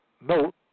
note